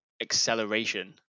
acceleration